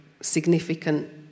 significant